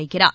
வைக்கிறார்